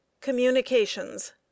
Communications